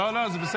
לא, לא, זה בסדר.